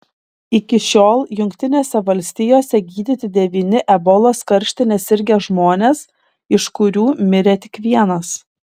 iki šiol jungtinėse valstijose gydyti devyni ebolos karštine sirgę žmonės iš kurių mirė tik vienas